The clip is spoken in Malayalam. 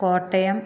കോട്ടയം